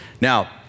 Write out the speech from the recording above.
Now